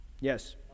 Yes